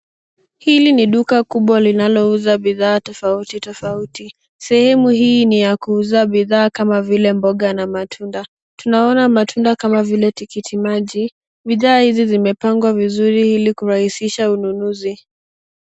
Hili ni duka kubwa linalouza bidhaa tofauti tofauti, sehemu hii ni ya kuuza bidhaa kama vile mboga na matunda. Tunaona matunda kama vile tikiti maji. Bidhaa hizi zimepangwa vizuri ili kurahisisha ununuzi.